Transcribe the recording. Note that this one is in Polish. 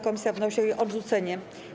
Komisja wnosi o jej odrzucenie.